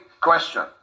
question